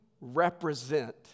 represent